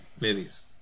movies